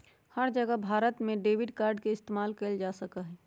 हर जगह भारत में debit card के इस्तेमाल कइल जा सका हई